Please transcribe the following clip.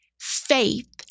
faith